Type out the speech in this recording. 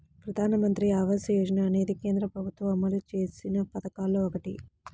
ప్రధానమంత్రి ఆవాస యోజన అనేది కేంద్ర ప్రభుత్వం అమలు చేసిన పథకాల్లో ఒకటి